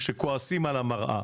שכועסים על המראה.